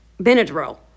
Benadryl